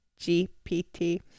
gpt